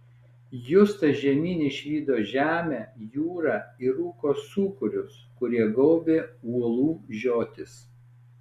justas žemyn išvydo žemę jūrą ir rūko sūkurius kurie gaubė uolų žiotis